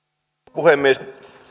puhemies